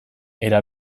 era